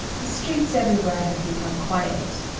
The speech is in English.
the streets everywhere had become quiet.